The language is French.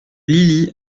lily